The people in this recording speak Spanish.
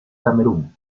camerún